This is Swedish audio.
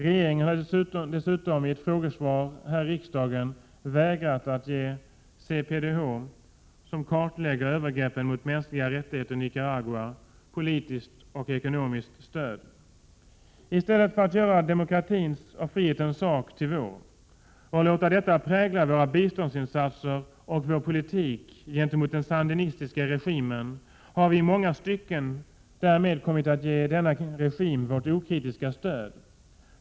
Regeringen har dessutom enligt ett interpellationssvar här iriksdagen vägrat att ge CPDH som kartlägger övergreppen mot mänskliga rättigheter i Nicaragua — politiskt och ekonomiskt stöd. I stället för att göra demokratins och frihetens sak till vår, och låta detta prägla våra biståndsinsatser och vår politik gentemot den sandinistiska regimen, har vi i många stycken kommit att ge denna regim vårt okritiska stöd.